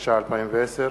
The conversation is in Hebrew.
התש"ע 2010,